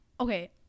Okay